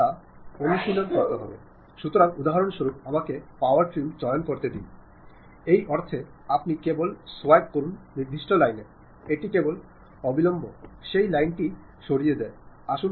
ഫലപ്രദമായ ആശയവിനിമയ വൈദഗ്ദ്ധ്യം നേടിയവർക്കാണ് മിക്കപ്പോഴും സ്ഥാനക്കയറ്റം ലഭിക്കുന്നതെന്ന് നിങ്ങൾ മനസ്സിലാക്കേണ്ടതുണ്ട്